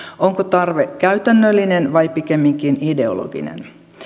onko tarve käytännöllinen vai pikemminkin ideologinen